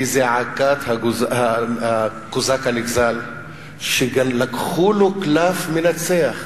זעקת הקוזק הנגזל שלקחו לו קלף מנצח.